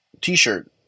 t-shirt